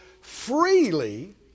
freely